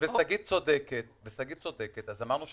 הנושא